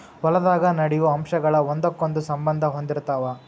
ಹೊಲದಾಗ ನಡೆಯು ಅಂಶಗಳ ಒಂದಕ್ಕೊಂದ ಸಂಬಂದಾ ಹೊಂದಿರತಾವ